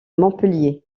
montpellier